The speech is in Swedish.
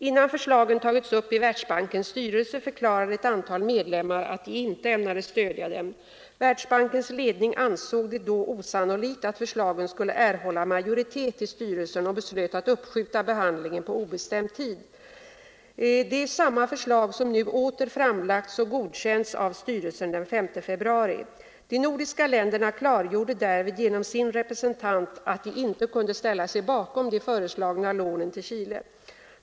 Innan förslagen tagits upp i Världsbankens styrelse förklarade ett antal medlemmar att de inte ämnade stödja dem. Världsbankens ledning ansåg det då osannolikt att förslagen skulle erhålla majoritet i styrelsen och beslöt att uppskjuta behandlingen på obestämd tid. Det är samma förslag som nu åter framlagts och godkänts av styrelsen den 5 februari. De nordiska länderna klargjorde därvid genom sin representant att de inte kunde ställa sig bakom de föreslagna lånen till Chile.